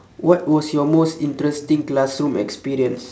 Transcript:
what was your most interesting classroom experience